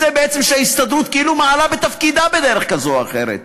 אומר בעצם שההסתדרות כאילו מעלה בתפקידה בדרך כזו או אחרת,